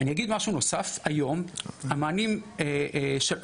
המענים שיש כיום,